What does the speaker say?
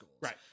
Right